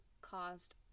caused